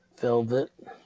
Velvet